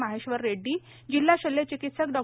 माहेश्वर रेड़डी जिल्हा शल्यचिकित्सक डॉ